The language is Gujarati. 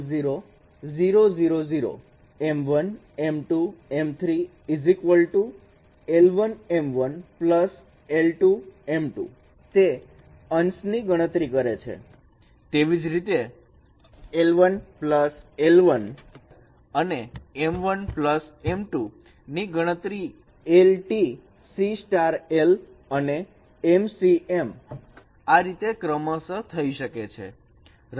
તેવી જ રીતે l1 l1 અને m1 m2 ની ગણતરી l T C l અને આ રીતે ક્રમશઃ થઈ શકે છે